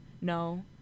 no